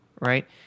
right